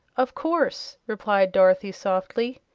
of course, replied dorothy, softly.